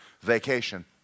vacation